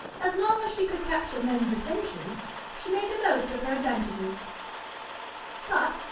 as long as she could capture men's attentions she made the most of her advantages but,